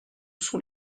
sont